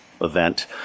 event